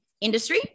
industry